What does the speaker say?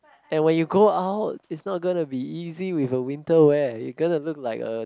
and when you go out is not gonna be easy with a winter wear you gonna look like a